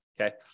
okay